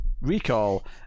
recall